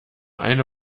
eine